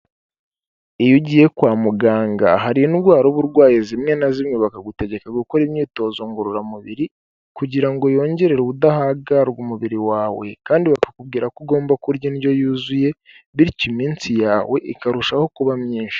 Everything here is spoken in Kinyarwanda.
Iyo ugiye kwa muganga hari indwara uba urwaye zimwe na zimwe bakagutegeka gukora imyitozo ngororamubiri; kugira ngo yongerere ubudahangarwa umubiri wawe; kandi bakakubwira ko ugomba kurya indyo yuzuye; bityo iminsi yawe ikarushaho kuba myinshi.